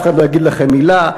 אף אחד לא יגיד לכם מילה.